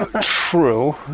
true